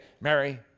Mary